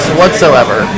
whatsoever